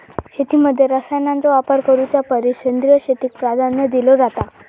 शेतीमध्ये रसायनांचा वापर करुच्या परिस सेंद्रिय शेतीक प्राधान्य दिलो जाता